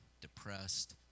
depressed